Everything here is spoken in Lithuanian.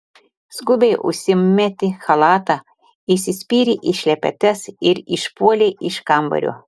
skubiai užsimetė chalatą įsispyrė į šlepetes ir išpuolė iš kambario